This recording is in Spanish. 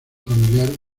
familiar